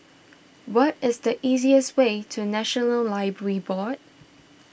what is the easiest way to National Library Board